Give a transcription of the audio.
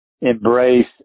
embrace